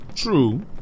true